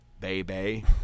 baby